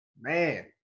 man